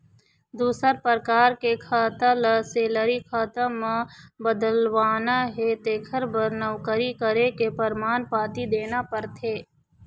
दूसर परकार के खाता ल सेलरी खाता म बदलवाना हे तेखर बर नउकरी करे के परमान पाती देना परथे